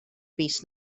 fis